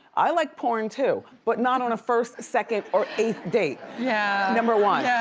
i like porn too. but not on a first, second, or eighth date. yeah. number one. yeah.